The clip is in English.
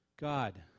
God